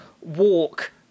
walk